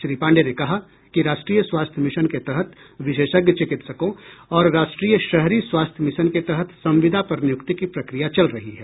श्री पांडेय ने कहा कि राष्ट्रीय स्वास्थ्य मिशन के तहत विशेषज्ञ चिकित्सकों और राष्ट्रीय शहरी स्वास्थ्य मिशन के तहत संविदा पर नियुक्ति की प्रक्रिया चल रही है